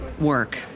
work